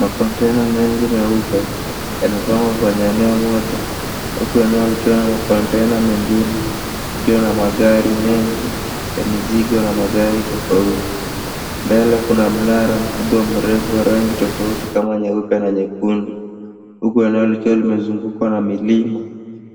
Makontena mengi meupe yamepangwa kwenye eneo moja huku eneo likiwa na makontena mengine kukiwa na magari mengi ya mizigo na magari tofauti. Mbele kuna mnara mkubwa mrefu wa rangi tofauti kama nyeupe na nyekundu huku eneo likiwa limezungukwa na milima